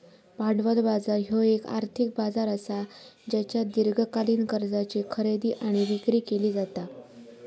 भांडवल बाजार ह्यो येक आर्थिक बाजार असा ज्येच्यात दीर्घकालीन कर्जाची खरेदी आणि विक्री केली जाता